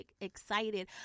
excited